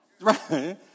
right